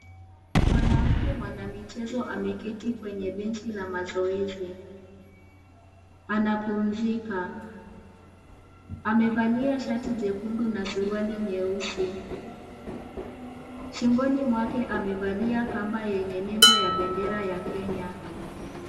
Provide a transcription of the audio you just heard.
Mwanamke mwanamichezo ameketi kwenye benchi la mazoezi anapumzika. Amevalia shati jekundu na suruali jeusi. Shingoni mwake amevalia kamba yenye lebo ya bendera ya Kenya.